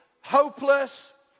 hopeless